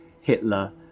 Hitler